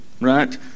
right